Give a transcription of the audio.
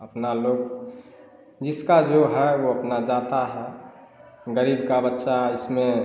अपना लोग जिसका जो है वह अपना जाता है गरीब का बच्चा इसमें